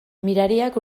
mirariak